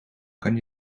kan